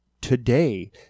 today